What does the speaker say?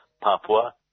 Papua